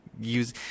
use